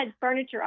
furniture